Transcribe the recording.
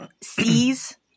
sees